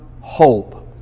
hope